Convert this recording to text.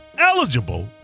eligible